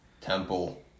Temple